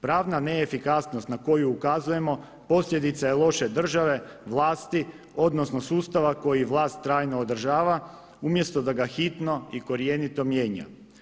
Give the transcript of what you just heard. Pravna neefikasnost na koju ukazujemo posljedica je loše države, vlasti odnosno sustava koji vlast trajno održava, umjesto da ga hitno i korjenito mijenja.